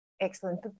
Excellent